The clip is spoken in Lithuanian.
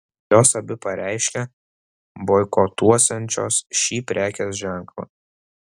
jos abi pareiškė boikotuosiančios šį prekės ženklą